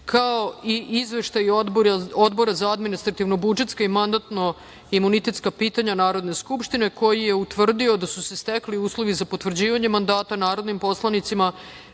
i Izveštaj Odbora za administrativno-budžetska i mandatno-imunitetska pitanja Narodne skupštine koji je utvrdio da su se stekli uslovi za potvrđivanje mandata narodnom poslaniku. Na